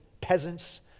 peasants